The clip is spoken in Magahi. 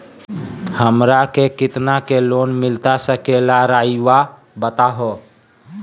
हमरा के कितना के लोन मिलता सके ला रायुआ बताहो?